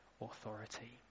authority